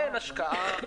אין השקעה.